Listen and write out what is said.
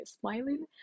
smiling